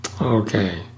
Okay